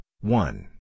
one